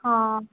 ହଁ